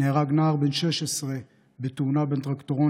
נהרג נער בן 16 בתאונה בין טרקטורון